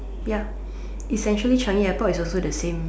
ya essentially Changi airport is also the same